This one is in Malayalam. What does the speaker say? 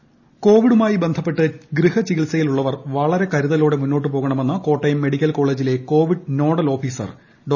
സജിത് കുമാർ ഇൻട്രോ കോവിഡുമായി ബന്ധപ്പെട്ട് ഗൃഹചികിത്സയിലുള്ളവർ വളരെ കരുതലോടെ മുന്നോട്ടു പോകണമെന്ന് കോട്ടയം മെഡിക്കൽ കോളേജിലെ കോവിഡ് നോഡൽ ഓഫീസർ ഡോ